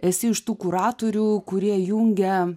esi iš tų kuratorių kurie jungia